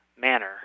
manner